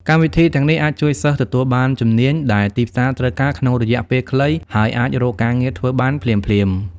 កម្មវិធីទាំងនេះអាចជួយសិស្សទទួលបានជំនាញដែលទីផ្សារត្រូវការក្នុងរយៈពេលខ្លីហើយអាចរកការងារធ្វើបានភ្លាមៗ។